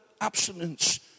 abstinence